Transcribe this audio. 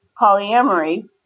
polyamory